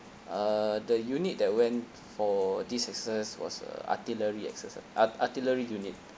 uh the unit that went for this exercise was uh artillery exercise a~ artillery unit